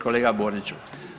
Kolega Boriću.